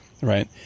Right